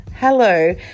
Hello